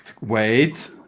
wait